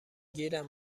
گیرم